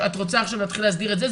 את רוצה עכשיו להתחיל להסדיר את זה?